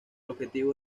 objetivo